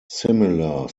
similar